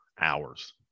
hours